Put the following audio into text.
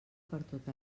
pertot